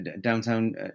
downtown